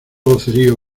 vocerío